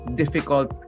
difficult